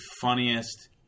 funniest